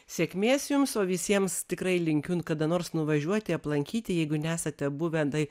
sėkmės jums o visiems tikrai linkiu kada nors nuvažiuoti aplankyti jeigu nesate buvę tai